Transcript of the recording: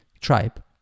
tribe